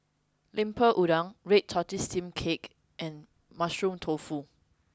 lemper udang red tortoise steamed cake and mushroom tofu